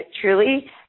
truly